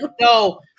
no